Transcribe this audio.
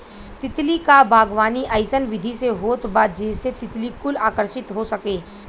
तितली क बागवानी अइसन विधि से होत बा जेसे तितली कुल आकर्षित हो सके